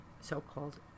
so-called